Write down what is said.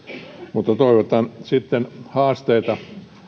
mutta sitten haasteita on